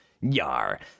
Yar